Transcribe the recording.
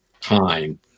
time